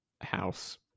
house